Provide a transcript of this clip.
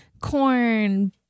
corn